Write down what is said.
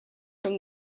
from